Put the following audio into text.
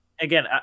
again